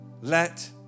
Let